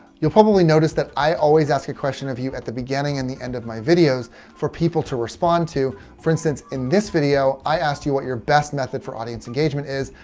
you'll probably notice that i always ask a question of you at the beginning and the end of my videos for people to respond to. for instance, in this video, i asked you what your best method for audience engagement is.